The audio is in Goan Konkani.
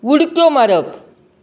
उडक्यो मारप